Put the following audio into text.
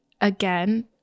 again